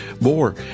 more